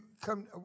come